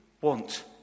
want